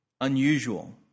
unusual